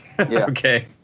Okay